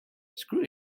screw